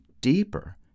deeper